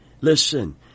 Listen